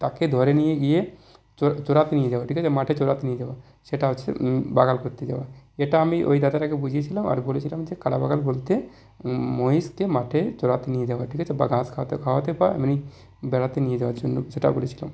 তাকে ধরে নিয়ে গিয়ে চর চরাতে নিয়ে যাওয়া ঠিক আছে মাঠে চরাতে নিয়ে যাওয়া সেটা হচ্ছে বাগাল করতে যাওয়া এটা আমি ওই দাদাটাকে বুঝিয়েছিলাম আর বলেছিলাম যে কালাবাগাল বলতে মহিষকে মাঠে চরাতে নিয়ে যাওয়া ঠিক আছে বা ঘাস খাওয়াতে বা বেড়াতে নিয়ে যাওয়ার জন্য সেটা বলেছিলাম